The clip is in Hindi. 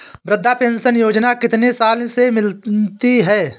वृद्धा पेंशन योजना कितनी साल से मिलती है?